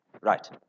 Right